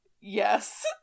Yes